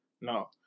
No